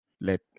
let